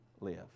live